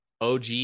OG